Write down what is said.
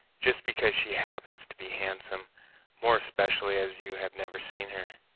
just because she happens to be handsome more especially as you have never seen her.